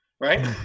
right